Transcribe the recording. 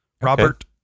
Robert